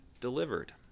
delivered